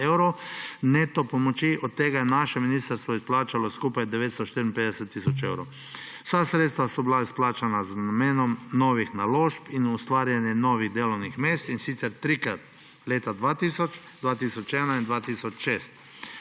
neto pomoči, od tega je naše ministrstvo izplačalo skupaj 954 tisoč evrov. Vsa sredstva so bila izplačana z namenom novih naložb in ustvarjanje novih delovnih mest, in sicer trikrat: leta 2000, 2001 in 2006.